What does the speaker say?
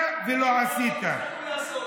לא עשיתם עד היום, ומפה לא תצטרכו לעשות.